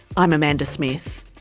i'm amanda smith